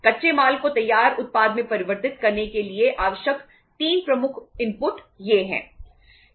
कच्चे माल को तैयार उत्पाद में परिवर्तित करने के लिए आवश्यक 3 प्रमुख इनपुट ये हैं